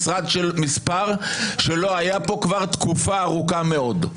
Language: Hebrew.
מספר שלא היה פה כבר תקופה ארוכה מאוד.